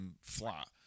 flat